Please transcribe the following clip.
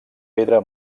pedra